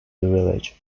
village